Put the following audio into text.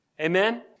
Amen